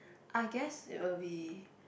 I guess it will be